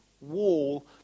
wall